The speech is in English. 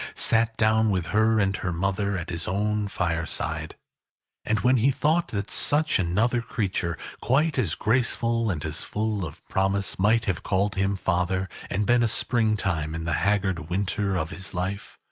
sat down with her and her mother at his own fireside and when he thought that such another creature, quite as graceful and as full of promise, might have called him father, and been a spring-time in the haggard winter of his life,